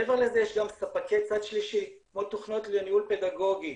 מעבר לזה יש גם ספקי צד שלישי כמו תוכנות לניהול פדגוגי,